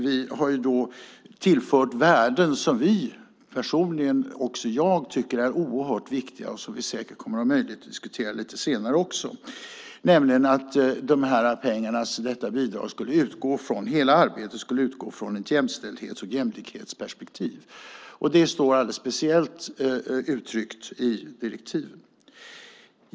Vi har dock tillfört värden som vi och också jag personligen tycker är oerhört viktiga och som vi säkert kommer att ha möjlighet att diskutera lite senare också, nämligen att bidraget och hela arbetet skulle utgå ifrån ett jämställdhets och jämlikhetsperspektiv. Det står alldeles speciellt uttryckt i direktiven.